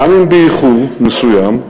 גם אם באיחור מסוים.